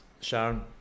Sharon